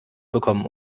bekommen